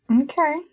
Okay